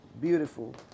beautiful